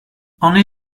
only